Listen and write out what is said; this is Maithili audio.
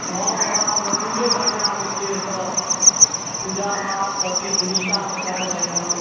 हॅं बाबा से तऽ पूजो बढ़िऑं होइ छै एतऽ पूजा पाठ सभ किछु निष्ठा सँ कयल जाइया